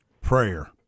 Prayer